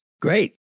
Great